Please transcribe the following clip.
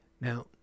Now